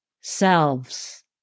selves